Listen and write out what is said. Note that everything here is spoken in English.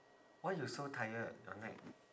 why you so tired your neck